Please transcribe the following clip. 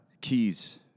keys